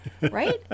right